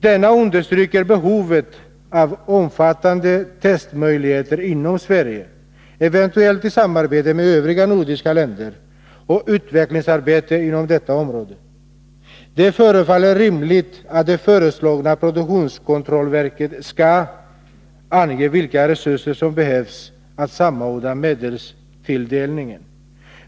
Detta understryker behovet av omfattande testmöjligheter inom Sverige, eventuellt i samarbete med övriga nordiska länder, och utvecklingsarbete inom detta område. Det förefaller rimligt att det föreslagna produktkontrollverket skall ange vilka resurser som behövs och samordna medelstilldelningen.